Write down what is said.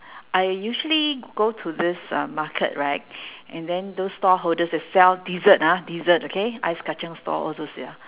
I usually go to this uh market right and then those store holders they sell dessert ah dessert okay ice kacang store all those ya